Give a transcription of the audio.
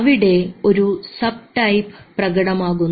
അവിടെ ഒരു സബ്ടൈപ്പ് പ്രകടമാകുന്നു